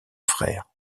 frère